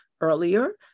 earlier